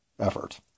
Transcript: effort